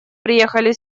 приехали